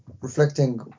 reflecting